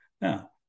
Now